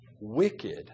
wicked